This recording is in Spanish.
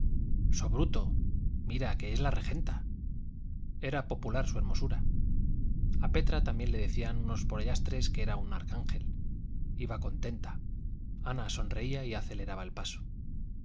so bruto mira que es la regenta era popular su hermosura a petra también le decían los pollastres que era un arcángel iba contenta ana sonreía y aceleraba el paso